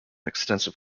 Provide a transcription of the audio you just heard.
extensive